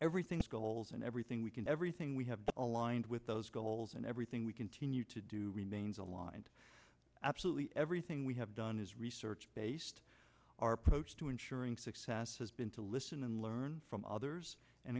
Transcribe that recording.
everything's goals and everything we can everything we have aligned with those goals and everything we continue to do remains aligned absolutely everything we have done is research based our approach to ensuring success has been to listen and learn from others and